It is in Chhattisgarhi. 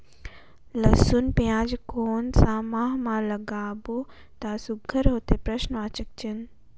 लसुन पियाज कोन सा माह म लागाबो त सुघ्घर होथे?